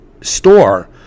store